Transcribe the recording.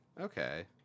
Okay